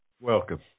Welcome